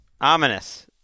Ominous